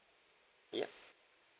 yup